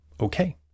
okay